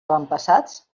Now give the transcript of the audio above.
avantpassats